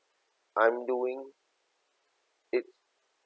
I'm doing it